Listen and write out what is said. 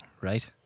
Right